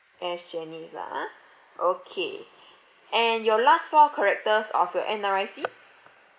ash janice ah ah okay and your last four characters of your N_R_I_C